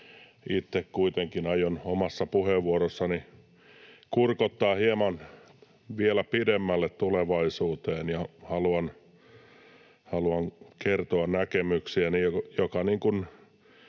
Itse kuitenkin aion omassa puheenvuorossani kurkottaa hieman vielä pidemmälle tulevaisuuteen ja haluan kertoa näkemyksiäni, jotka